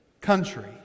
country